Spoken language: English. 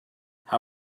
how